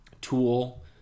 tool